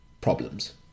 problems